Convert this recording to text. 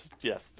yes